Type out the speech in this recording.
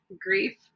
grief